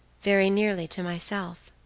very nearly to myself.